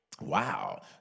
Wow